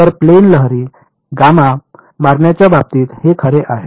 तर तर प्लेन लहरी मारण्याच्या बाबतीत हे खरे आहे